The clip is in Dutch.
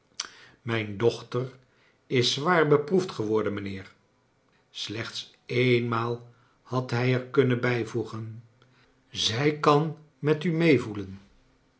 mijn dochter is zwaar beproefd geworden mijnheer slechts eenmaal had hij er kunnen bijvoegen zij kan met u mee voelen